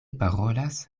parolas